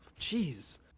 Jeez